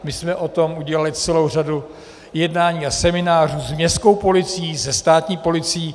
My jsme o tom udělali celou řadu jednání a seminářů s městskou policií, se státní policií.